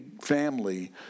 family